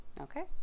Okay